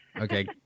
Okay